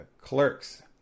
Clerks